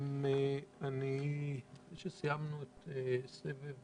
אחרי שסיימנו את סבב